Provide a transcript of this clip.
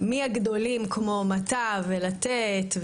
מהגדולים כמו מט"ב ולתת,